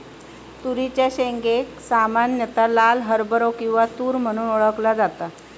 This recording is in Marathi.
तुरीच्या शेंगेक सामान्यता लाल हरभरो किंवा तुर म्हणून ओळखला जाता